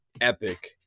epic